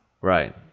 right